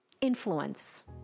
influence